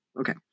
Okay